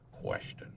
question